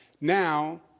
Now